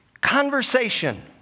Conversation